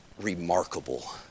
remarkable